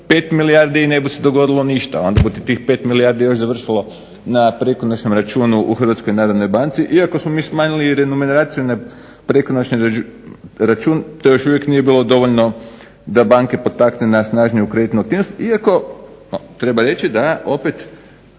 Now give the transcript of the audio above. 5 milijardi i ne bi se dogodilo ništa, onda bi tih 5 milijardi još završilo na prekonoćnom računu u Hrvatskoj narodnoj banci. Iako smo mi smanjili … prekonoćni račun to još uvijek nije bilo dovoljno da banke potakne na snažniju kreditnu aktivnost, iako treba reći da opet